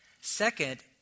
Second